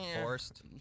forced